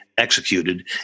executed